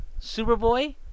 Superboy